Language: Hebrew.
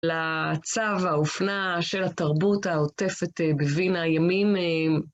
לצו האופנה של התרבות העוטפת בווינה, ימין...